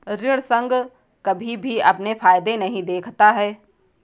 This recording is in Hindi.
ऋण संघ कभी भी अपने फायदे नहीं देखता है